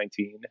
2019